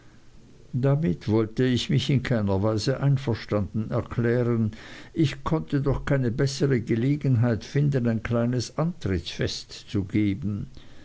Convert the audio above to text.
damit wollte ich mich in keiner weise einverstanden erklären ich konnte doch keine bessere gelegenheit finden ein kleines antrittsfest zu geben